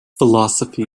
philosophy